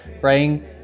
praying